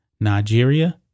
Nigeria